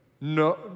no